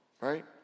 right